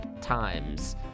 times